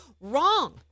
Wrong